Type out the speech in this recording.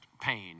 pain